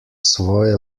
svoje